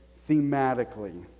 thematically